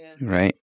right